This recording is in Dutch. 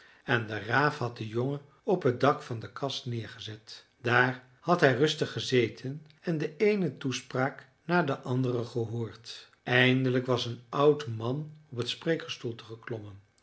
en de raaf had den jongen op het dak van de kas neergezet daar had hij rustig gezeten en de eene toespraak na de andere gehoord eindelijk was een oud man op t spreekgestoelte geklommen